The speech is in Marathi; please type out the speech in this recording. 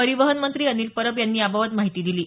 परिवहन मंत्री अनिल परब यांनी याबाबत माहिती दिली आहे